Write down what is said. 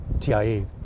TIE